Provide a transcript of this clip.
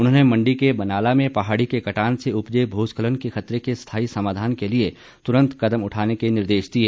उन्होंने मंडी के बनाला में पहाड़ी के कटान से उपजे भूस्खलन के खतरे के स्थाई समाधान के लिए तुरंत कदम उठाने के निर्देश दिए